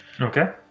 Okay